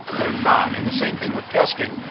they're not. and the same thing with testing,